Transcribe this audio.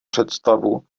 představu